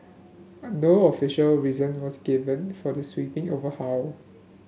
an no official reason was given for the sweeping overhaul